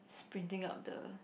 sprinting up the